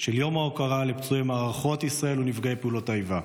של יום ההוקרה לפצועי מערכות ישראל ונפגעי פעולות האיבה.